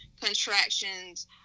contractions